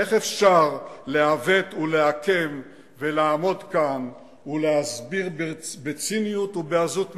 איך אפשר לעוות ולעקם ולעמוד כאן ולהסביר בציניות ובעזות מצח,